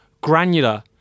granular